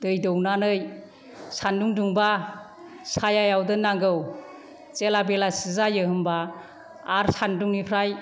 दै दौनानै सान्दुं दुंबा सायायाव दोन्नांगौ जेला बेलासि जायो होमबा आरो सान्दुंनिफ्राय